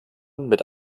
mit